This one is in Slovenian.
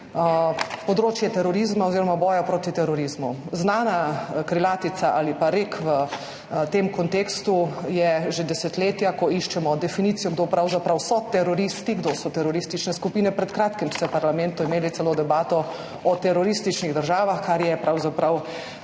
področje terorizma oziroma boja proti terorizmu. V tem kontekstu, ko iščemo definicijo, kdo pravzaprav so teroristi, kdo so teroristične skupine – pred kratkim ste v parlamentu imeli celo debato o terorističnih državah, kar je pravzaprav